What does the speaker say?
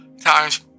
times